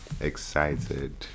excited